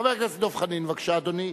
חבר הכנסת דב חנין, בבקשה, אדוני.